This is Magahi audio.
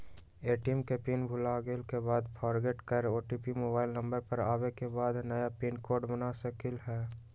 ए.टी.एम के पिन भुलागेल के बाद फोरगेट कर ओ.टी.पी मोबाइल नंबर पर आवे के बाद नया पिन कोड बना सकलहु ह?